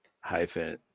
hyphen